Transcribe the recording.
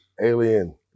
Alien